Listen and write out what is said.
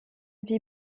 vie